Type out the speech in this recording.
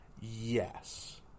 Yes